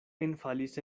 enfalis